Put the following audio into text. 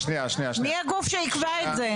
מי הגוף שייקבע את זה?